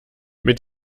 mit